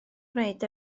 gwneud